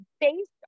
based